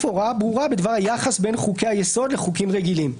הוראה ברורה בדבר היחס בין חוקי היסוד לחוקים רגילים.